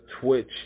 Twitch